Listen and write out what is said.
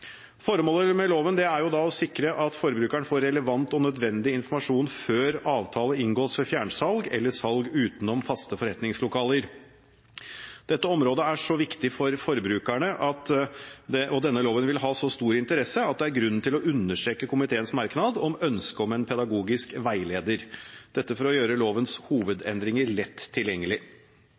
Formålet med loven er å sikre at forbrukeren får relevant og nødvendig informasjon før avtale inngås ved fjernsalg eller salg utenom faste forretningslokaler. Dette området er så viktig for forbrukerne, og denne loven vil ha så stor interesse, at det er grunn til å understreke komiteens merknad om ønsket om en pedagogisk veileder, dette for å gjøre lovens hovedendringer lett tilgjengelig.